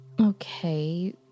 Okay